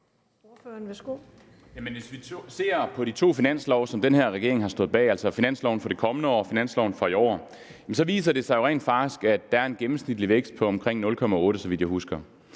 hvis vi ser på de to finanslove, som den her regering har stået bag, altså finansloven for det kommende år og finansloven for i år, så ser vi, at det jo rent faktisk viser sig, at der er en gennemsnitlig vækst på omkring 0,8 pct., så vidt jeg husker.